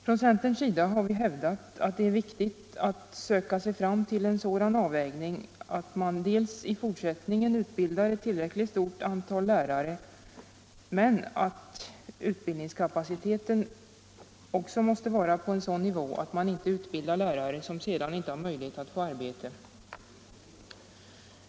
Från centerns sida har vi hävdat att det är viktigt att söka sig fram till en sådan avvägning att man i fortsättningen utbildar ett tillräckligt stort antal lärare men att utbildningskapaciteten inte får vara så stor att man utbildar lärare som sedan inte har möjlighet att få arbete.